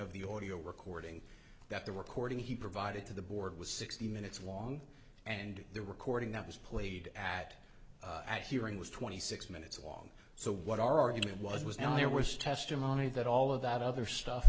of the audio recording that the recording he provided to the board was sixty minutes long and the recording that was played at that hearing was twenty six minutes long so what our argument was was and there was testimony that all of that other stuff